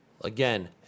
Again